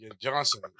Johnson